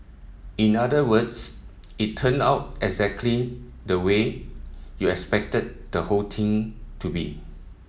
in other words it turned out exactly the way you expected the whole thing to be